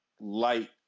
light